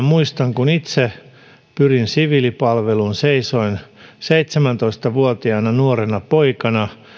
muistan kun aikanaan itse pyrin siviilipalveluun seisoin seitsemäntoista vuotiaana nuorena poikana